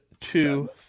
two